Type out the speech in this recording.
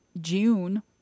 June